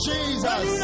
Jesus